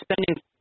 spending